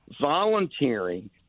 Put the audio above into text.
volunteering